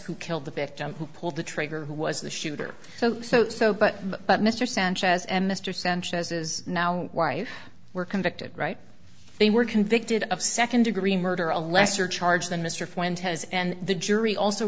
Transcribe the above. who killed the victim who pulled the trigger who was the shooter so so so but but mr sanchez and mr sanchez is now wife were convicted right they were convicted of second degree murder a lesser charge than mr fuentes and the jury also